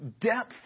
depth